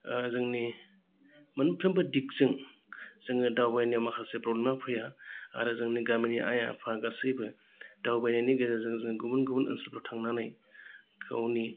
जोंनि मोनफ्रोमबो दिगजों जोङो दावबायनो माखासे प्रब्लेमा फैया आरो जोंनि गामिनि आइ आफा गासैबो दावबायनायनि गेजेरजों जों गुबुन गुबुन ओनसोलफ्राव थांनानै गावनि